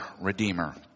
redeemer